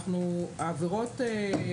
לא.